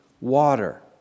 water